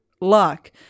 luck